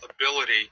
ability